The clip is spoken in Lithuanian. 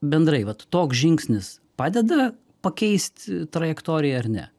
bendrai vat toks žingsnis padeda pakeisti trajektoriją ar ne